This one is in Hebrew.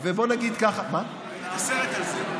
ראית את הסרט על זה.